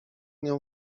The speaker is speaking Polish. nią